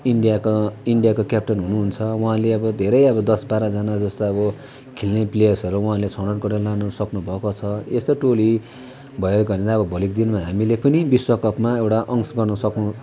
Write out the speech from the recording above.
इन्डियाको इन्डियाको कप्तान हुनुहुन्छ उहाँले अब धेरै अब दस बाह्रजना जस्तो अब खेल्ने प्लेयर्सहरू उहाँहरूले छनौट गरेर लान सक्नुभएको छ यस्तै टोली भएको हुनाले अब भोलिको दिनमा हामीले पनि विश्वकपमा एउटा अंश गर्नु